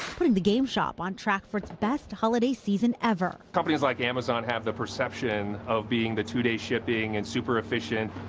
putting the game shop on track for its best holiday season ever. companies like amazon amazon have the perception of being the two-day shipping and super efficient.